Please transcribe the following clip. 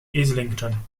islington